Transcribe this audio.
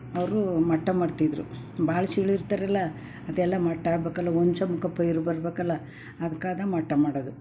ಅವರೂ ಮಟ್ಟ ಮಾಡ್ತಿದ್ದರು ಬಾಳ ಸೀಳಿರ್ತಾರಲ್ಲ ಅದೆಲ್ಲ ಮಟ್ಟ ಆಗ್ಬೇಕಲ್ಲ ಒಂಚ ಪೈರ್ ಬರಬೇಕಲ್ಲ ಅದ್ಕಾದ ಮಟ್ಟ ಮಾಡೋದು